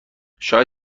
شاید